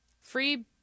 free